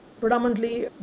predominantly